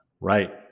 right